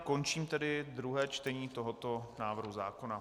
Končím tedy druhé čtení tohoto návrhu zákona.